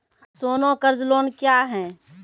सोना कर्ज लोन क्या हैं?